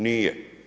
Nije.